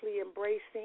embracing